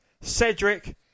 Cedric